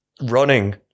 running